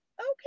okay